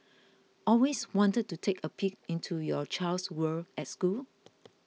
always wanted to take a peek into your child's world at school